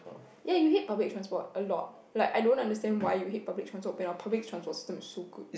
ya you hate public transport a lot like I don't understand why you hate public transport when our public transport system is so good